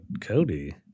Cody